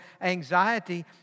anxiety